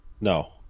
No